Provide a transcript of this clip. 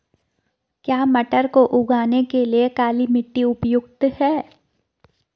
क्या मटर को उगाने के लिए काली मिट्टी उपयुक्त है?